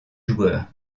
joueurs